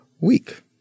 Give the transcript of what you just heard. week